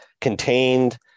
contained